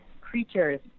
creatures